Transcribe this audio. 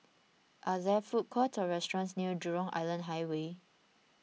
are there food court restaurants near Jurong Island Highway